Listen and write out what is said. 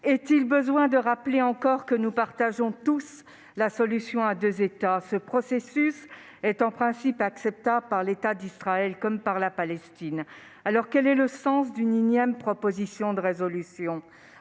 Est-il besoin de rappeler encore que nous sommes tous favorables à la solution à deux États ? Ce processus est en principe acceptable par l'État d'Israël comme par la Palestine. Alors quel est le sens d'une « énième » proposition de résolution ?